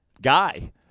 guy